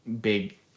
big